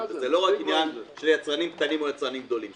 וזה לא רק עניין של יצרנים קטנים או יצרנים גדולים.